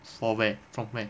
for where from where